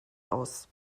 aus